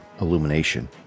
illumination